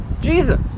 Jesus